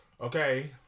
Okay